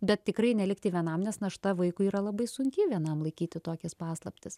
bet tikrai nelikti vienam nes našta vaikui yra labai sunki vienam laikyti tokias paslaptis